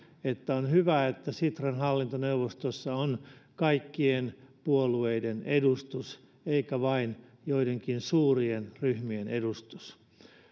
että on hyvä että sitran hallintoneuvostossa on kaikkien puolueiden edustus eikä vain joidenkin suurien ryhmien edustus